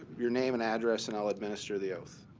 your name and address and i'll administer the oath.